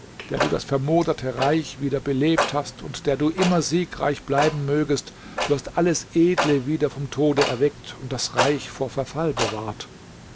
der du das vermoderte reich wieder belebt hast und der du immer siegreich bleiben mögest du hast alles edle wieder vom tode erweckt und das reich vor verfall bewahrt